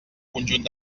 conjunt